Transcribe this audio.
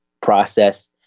process